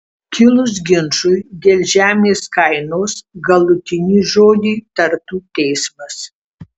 kilus ginčui dėl žemės kainos galutinį žodį tartų teismas